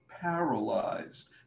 paralyzed